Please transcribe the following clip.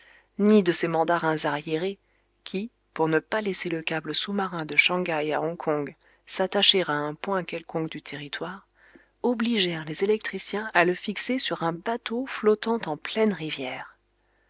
ni de ces mandarins arriérés qui pour ne pas laisser le câble sous-marin de shang haï à hongkong s'attacher à un point quelconque du territoire obligèrent les électriciens à le fixer sur un bateau flottant en pleine rivière